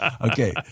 Okay